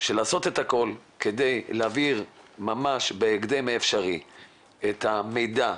לעשות את הכל כדי להעביר ממש בהקדם האפשרי את המידע,